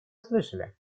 услышали